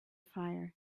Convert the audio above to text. fire